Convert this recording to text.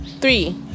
three